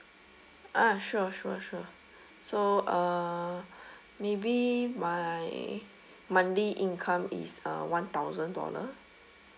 ah sure sure sure so uh maybe my monthly income is uh one thousand dollar